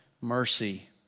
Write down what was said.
mercy